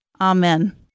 Amen